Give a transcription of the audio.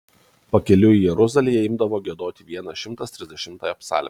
pakeliui į jeruzalę jie imdavo giedoti vienas šimtas trisdešimtąją psalmę